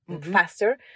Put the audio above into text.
faster